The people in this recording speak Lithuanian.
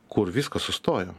kur viskas sustojo